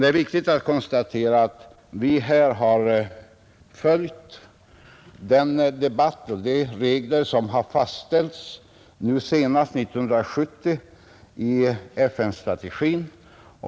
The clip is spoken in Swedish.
Det är viktigt att konstatera att vi här har följt de regler som har fastställts senast 1970 i FN:s strategi.